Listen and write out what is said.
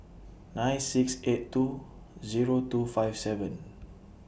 nine six eight two Zero two five seven